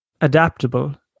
adaptable